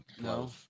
No